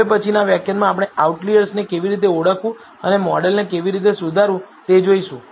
હવે પછીના વ્યાખ્યાનમાં આપણે આઉટલિઅર્સને કેવી રીતે ઓળખવું અને મોડેલને કેવી રીતે સુધારવું તે જોઈશું